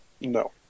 No